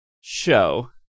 show